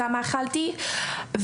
כמה אכלתי,